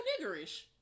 niggerish